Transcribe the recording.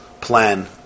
plan